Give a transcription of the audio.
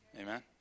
amen